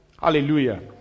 Hallelujah